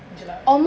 jelak